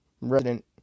resident